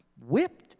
whipped